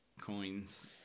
coins